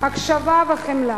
הקשבה וחמלה.